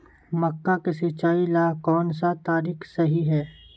मक्का के सिचाई ला कौन सा तरीका सही है?